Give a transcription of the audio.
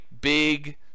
big